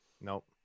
Nope